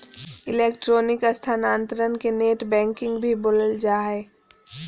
electronic स्थानान्तरण के net banking भी बोलल जा हइ